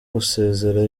gusezera